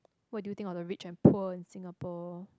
what do you think on the rich and poor in Singapore